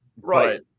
Right